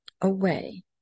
away